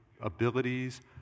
abilities